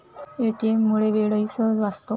ATM मुळे वेळही सहज वाचतो